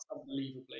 unbelievably